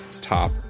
Top